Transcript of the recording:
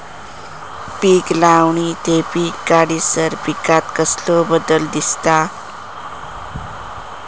पीक लावणी ते पीक काढीसर पिकांत कसलो बदल दिसता?